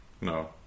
No